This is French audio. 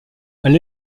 elle